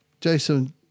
Jason